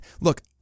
Look